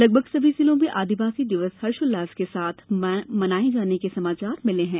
लगभग सभी जिलों में आदिवासी दिवस हर्षोल्लास के साथ मनाये जाने के समाचार मिले हैं